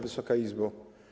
Wysoka Izbo!